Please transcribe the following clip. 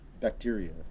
bacteria